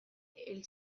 hil